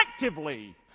effectively